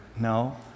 No